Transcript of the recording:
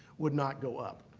would not go up.